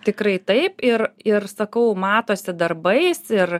tikrai taip ir ir sakau matosi darbais ir